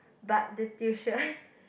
but the tuition